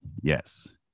Yes